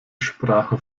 sprache